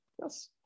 yes